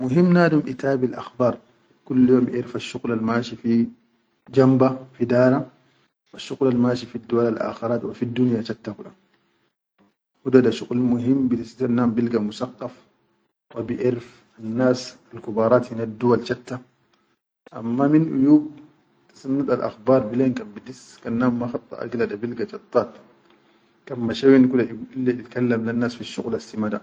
Muhim nadum itabil akbar kul yom ʼerfan shuqulal mashi fi jamba, fi dara wa shuqulal mashi duwal akharat wa fiddunya chatta huda da shuqul muhim bi lizzannam bilga musaqqaf wa biʼerif annas al kubarat hinel duwa chatta amma min uyub simmidal akhbar bilen kan nam ma masha yen kula illa ilkallaman lel nas fi shuqulal si ma.